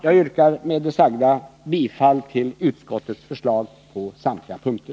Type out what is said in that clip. Jag yrkar med det sagda bifall till utskottets förslag på alla punkter.